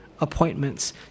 appointments